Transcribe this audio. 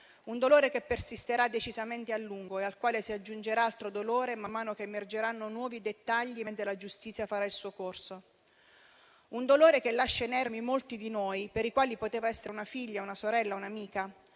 un dolore che persisterà decisamente a lungo e al quale si aggiungerà altro dolore, man mano che emergeranno nuovi dettagli, mentre la giustizia farà il suo corso; un dolore che lascia inermi molti di noi, per i quali poteva essere una figlia, una sorella o un'amica;